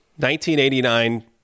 1989